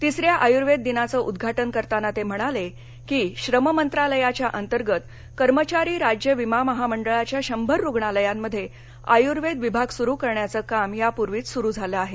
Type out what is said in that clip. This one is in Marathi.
तिसऱ्या आयुर्वेद दिनाचं उद्घाटन करताना ते म्हणाले की श्रम मंत्रालयाच्या अंतर्गत कर्मचारी राज्य विमा महामंडळाच्या शंभर रुग्णालयांमध्ये आयूर्वेद विभाग सुरु करण्याचं काम यापूर्वीच सुरु झालं आहे